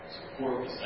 support